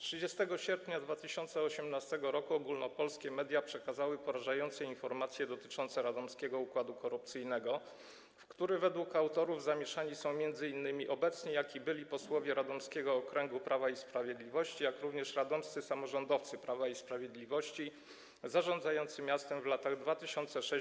30 sierpnia 2018 r. ogólnopolskie media przekazały porażające informacje dotyczące radomskiego układu korupcyjnego, w który według autorów zamieszani są m.in. zarówno obecni, jak i byli posłowie radomskiego okręgu Prawa i Sprawiedliwości, a także radomscy samorządowcy Prawa i Sprawiedliwości, zarządzający miastem w latach 2006–2014.